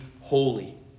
holy